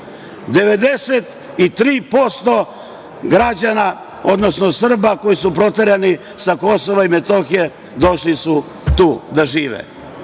93% građana, odnosno Srba koji su proterani sa KiM došli su tu da žive.